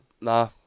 nah